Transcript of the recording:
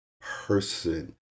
person